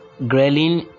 ghrelin